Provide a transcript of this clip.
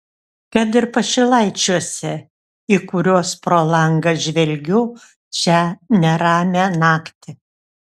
kad ir pašilaičiuose į kuriuos pro langą žvelgiu šią neramią naktį